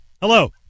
Hello